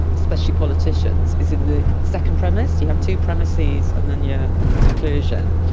especially politicians, is in the second premise. you have two premises and then your conclusion.